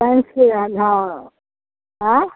आँखिके आधा हँ